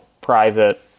private